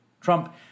Trump